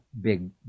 big